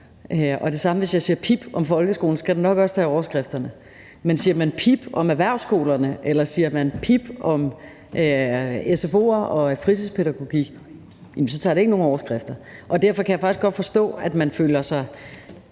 og på samme måde, hvis jeg siger pip om folkeskolen, så skal det også nok tage overskrifterne, men siger jeg pip om erhvervsskolerne eller om sfo'erne og fritidspædagogikken, så tager det ikke nogen overskrifter. Derfor kan jeg faktisk godt forstå, at man føler sig